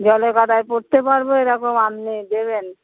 জলে কাদায় পরতে পারবো এরকম আপনি দেবেন